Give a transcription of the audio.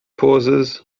pauses